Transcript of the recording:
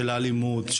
על האלימות,